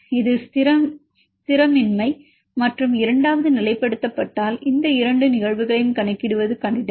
இது ஸ்திரமின்மை மற்றும் இரண்டாவது நிலைப்படுத்தப்பட்டால் இரண்டு நிகழ்வுகளையும் கணக்கிடுவது கடினம்